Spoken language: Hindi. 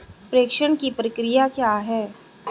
प्रेषण की प्रक्रिया क्या है?